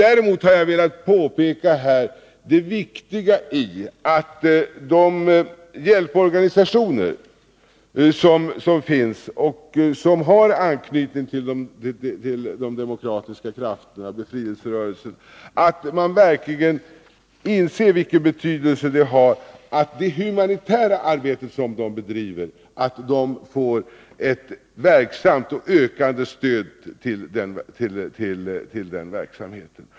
Däremot har jag här velat framhålla, när det gäller de hjälporganisationer som finns och som har anknytning till de demokratiska krafterna — befrielserörelsen — att det är viktigt att man verkligen inser vilken betydelse det har att de får ett verksamt och ökande stöd till sitt humanitära arbete.